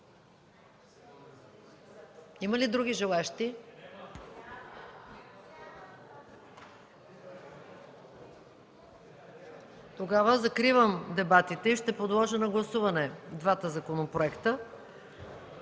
Има ли други желаещи? Тогава закривам дебатите и ще подложа на гласуване двата законопроекта